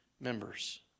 members